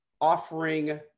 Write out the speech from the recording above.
offering